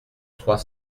trois